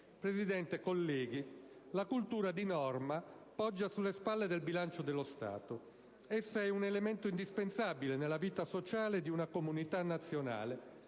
Presidente, onorevoli colleghi, la cultura di norma poggia sulle spalle del bilancio dello Stato. Essa è un elemento indispensabile nella vita sociale di una comunità nazionale